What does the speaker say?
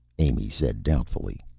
amy said doubtfully.